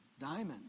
diamond